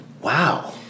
wow